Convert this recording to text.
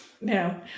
no